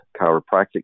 Chiropractic